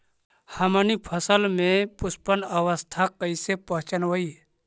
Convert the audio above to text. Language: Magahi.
हमनी फसल में पुष्पन अवस्था कईसे पहचनबई?